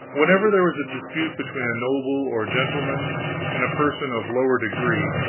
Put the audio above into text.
whenever there was a dispute between a noble or gentleman and a person of lower degree,